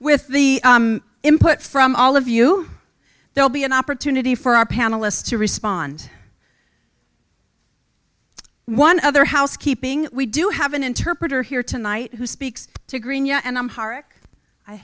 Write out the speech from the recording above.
with the input from all of you there will be an opportunity for our panelists to respond one other housekeeping we do have an interpreter here tonight who speaks to greene yeah and i'm